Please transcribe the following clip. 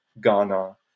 Ghana